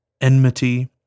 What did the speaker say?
enmity